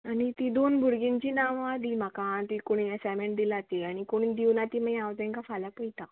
आनी ती दोन भुरग्यांची नांवां दी म्हाका ती कोणी एसाइमेंट दिला ती आनी कोणूय दिवं ना ती मागीर हांव तांकां फाल्यां पयता